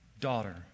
daughter